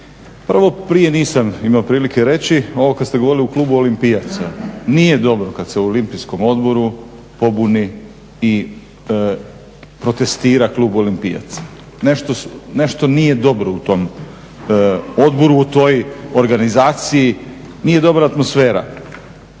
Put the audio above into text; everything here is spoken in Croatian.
Prvo, prije nisam imao prilike reći ovo kada ste govorili u Klubu olimpijaca, nije dobro kada se u Olimpijskom odboru pobuni i protestira Klub olimpijaca. Nešto nije dobro u tom odboru, u toj organizaciji, nije dobra atmosfera.